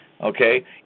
Okay